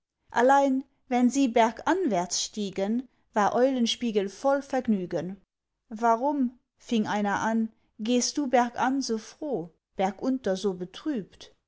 allein wenn sie berganwärts stiegen war eulenspiegel voll vergnügen warum fing einer an gehst du bergan so froh bergunter so betrübt